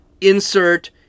insert